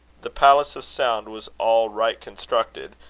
the palace of sound was all right constructed,